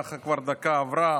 גם ככה כבר עברה דקה,